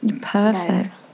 perfect